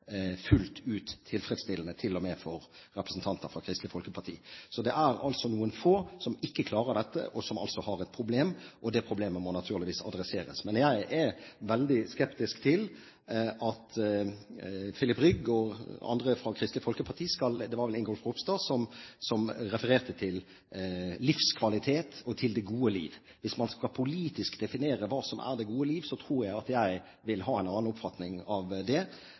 fullt ut tilfredsstillende, til og med representanter fra Kristelig Folkeparti. Det er altså noen få som ikke klarer dette, og som har et problem. Det problemet må naturligvis adresseres. Men jeg er veldig skeptisk til at Filip Rygg og andre fra Kristelig Folkeparti – det var vel Kjell Ingolf Ropstad – refererer til livskvalitet og det gode liv. Hvis man skal politisk definere hva som er det gode liv, tror jeg at jeg vil ha en annen oppfatning av det